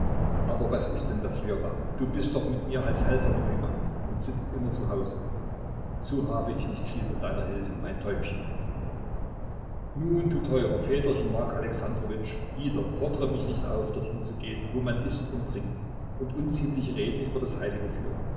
aber was ist denn das ljowa du bist doch mit mir als helfer mitgekommen und sitzt immer zu hause so habe ich nicht viel von deiner hilfe mein täubchen nun du teurer väterchen mark alexandrowitsch gebieter fordere mich nicht auf dorthin zu gehen wo man ißt und trinkt und unziemliche reden über das heilige führt